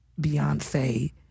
Beyonce